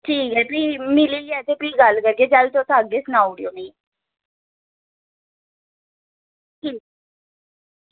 ठीक ऐ भी मिलियै भी गल्ल करगे ते आह्गे ते सुनाई ओड़ेओ मिगी ठीक